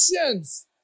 actions